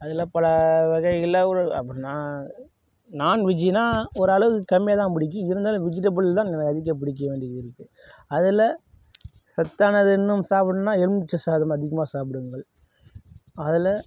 அதில் பலவகைகளில் ஒரு அப்படின்னா நாண்வெஜ்ஜுன்னா ஓரளவுக் கம்மியாகதான் பிடிக்கும் இருந்தாலும் விஜிடபுள்தான் எனக்கு பிடிக்க வேண்டியது இருக்குது அதில் சத்தானது இன்னும் சாப்பிடனுனா எலுமிச்சை சாதம் அதிகமாக சாப்பிடுங்கள் அதில்